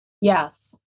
Yes